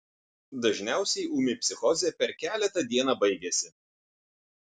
dažniausiai ūmi psichozė per keletą dieną baigiasi